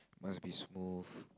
must be smooth